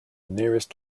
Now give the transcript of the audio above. nearest